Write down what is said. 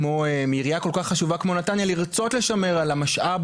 כמו עירייה כל כך חשובה כמו נתניה לרצות לשמר על המשאב